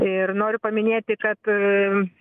ir noriu paminėti kad